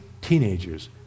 teenagers